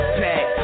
pack